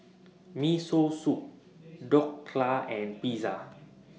Miso Soup Dhokla and Pizza